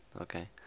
okay